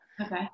Okay